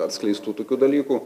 atskleistų tokių dalykų